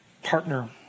partner